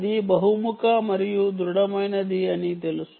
అది బహుముఖ మరియు దృఢమైనది అని తెలుసు